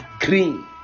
green